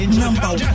number